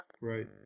Right